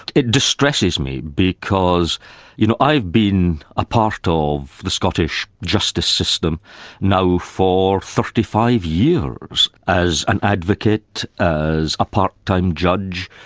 it distresses me because you know i've been a part ah of the scottish justice system now for thirty five years as an advocate, as a part-time judge,